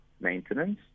maintenance